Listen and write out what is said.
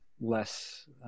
less